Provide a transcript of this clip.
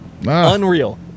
Unreal